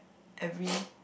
every